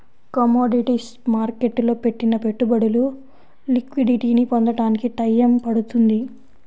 commodities మార్కెట్టులో పెట్టిన పెట్టుబడులు లిక్విడిటీని పొందడానికి టైయ్యం పడుతుంది